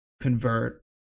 convert